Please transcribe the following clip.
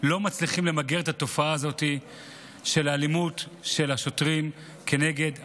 לא מצליחים למגר את התופעה הזו של אלימות של השוטרים כנגד המפגינים,